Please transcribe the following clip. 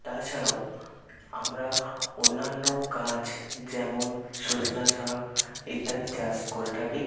তাছাড়াও আমরা অন্যান্য গাছ যেমন সজিনা শাক ইত্যাদি চাষ করে থাকি